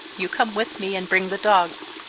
you come with me and bring the dogs.